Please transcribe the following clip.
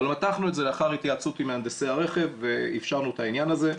אבל מתחנו את זה לאחר התייעצות עם מהנדסי הרכב ואפשרנו את העניין הזה.